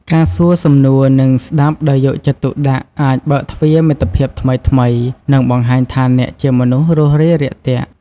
ការសួរសំណួរ និងស្ដាប់ដោយយកចិត្តទុកដាក់អាចបើកទ្វារមិត្តភាពថ្មីៗ និងបង្ហាញថាអ្នកជាមនុស្សរួសរាយរាក់ទាក់។